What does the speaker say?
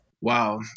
Wow